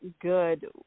good